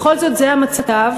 בכל זאת, זה המצב.